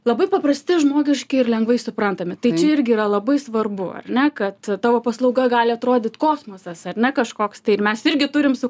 labai paprasti žmogiški ir lengvai suprantami tai čia irgi yra labai svarbu ar ne kad tavo paslauga gali atrodyt kosmosas ar ne kažkoks tai ir mes irgi turim su